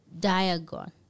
Diagon